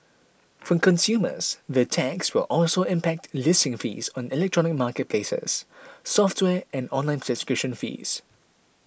for consumers the tax will also impact listing fees on electronic marketplaces software and online subscription fees